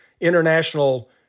international